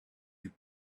you